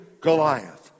Goliath